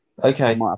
Okay